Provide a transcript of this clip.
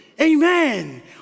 amen